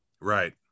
Right